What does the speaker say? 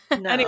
No